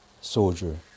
soldier